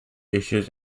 issues